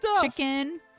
chicken